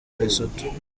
lesotho